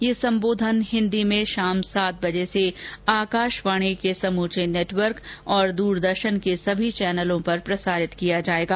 यह संबोधन हिन्दी में शाम सात बजे से आकाशवाणी के समूचे नेटवर्क और द्रदर्शन के सभी चैनलों पर प्रसारित किया जायेगा